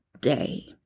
day